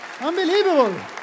Unbelievable